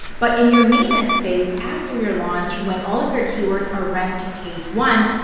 but in your maintenance phase, after your launch, when all of your keywords are ranked to page one,